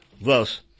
Thus